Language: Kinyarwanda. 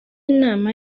inama